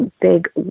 big